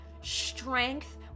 strength